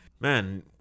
man